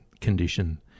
condition